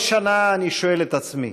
כל שנה אני שואל את עצמי,